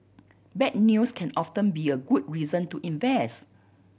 bad news can often be a good reason to invest